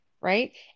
right